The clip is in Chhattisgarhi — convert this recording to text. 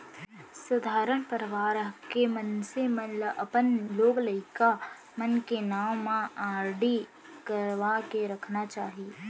सधारन परवार के मनसे मन ल अपन लोग लइका मन के नांव म आरडी करवा के रखना चाही